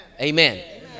Amen